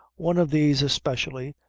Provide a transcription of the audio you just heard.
one of these especially,